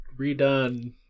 redone